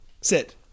Sit